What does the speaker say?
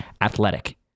athletic